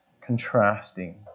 contrasting